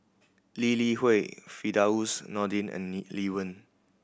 Lee Li Hui Firdaus Nordin and Lee Wen